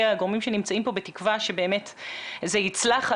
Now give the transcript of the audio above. הגורמים שנמצאים פה בתקווה שבאמת זה יצלח,